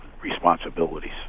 Responsibilities